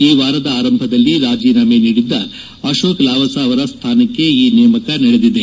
ಈ ವಾರದ ಆರಂಭದಲ್ಲಿ ರಾಜೀನಾಮೆ ನೀದಿದ್ದ ಅಶೋಕ್ ಲಾವಸ ಅವರ ಸ್ಲಾನಕ್ಕೆ ಈ ನೇಮಕ ನಡೆದಿದೆ